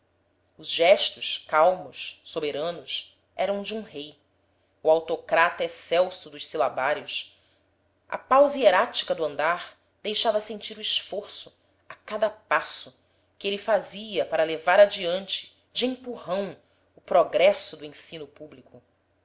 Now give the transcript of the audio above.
os gestos calmos soberanos eram de um rei o autocrata excelso dos silabários a pausa hierática do andar deixava sentir o esforço a cada passo que ele fazia para levar adiante de empurrão o progresso do ensino publico